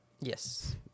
Yes